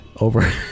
over